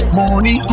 money